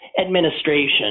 administration